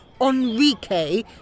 Enrique